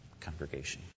congregation